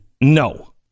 no